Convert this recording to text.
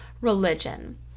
religion